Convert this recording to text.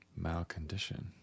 malcondition